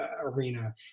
arena